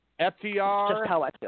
FTR